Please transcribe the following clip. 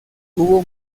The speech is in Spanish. hubo